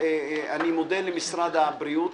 אני מודה למשרד הבריאות